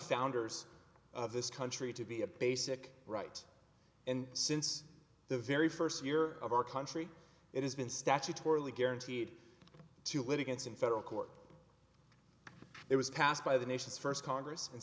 founders of this country to be a basic right and since the very first year of our country it has been statutorily guaranteed to win against in federal court it was passed by the nation's first congress and